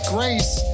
Grace